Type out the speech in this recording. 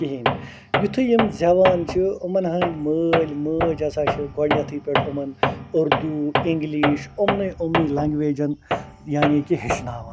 کِہیٖنٛۍ یُتھے یم زٮ۪وان چھِ یِمن ہٕنٛدۍ مٲلۍ مٲج ہَسا چھِ گۄڈنٮ۪تھٕے پٮ۪ٹھٕ یِمن اُردو اِنٛگلِش یِمنے یِمنے لینٛگویجن یعنی کہِ ہیٚچھناوان